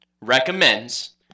recommends